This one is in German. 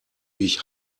ich